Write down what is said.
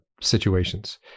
situations